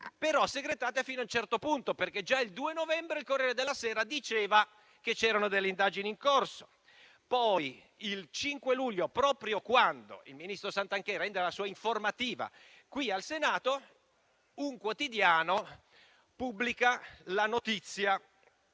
segretate però fino a un certo punto, perché già il 2 novembre il «Corriere della sera» diceva che c'erano delle indagini in corso. Il 5 luglio poi, proprio quando il ministro Santanchè rende la sua informativa al Senato, un quotidiano pubblica la notizia